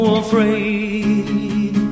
afraid